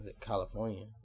California